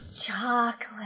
Chocolate